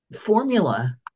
formula